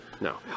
No